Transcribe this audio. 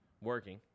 Working